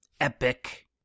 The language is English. epic